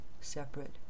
separate